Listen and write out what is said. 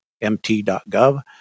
mt.gov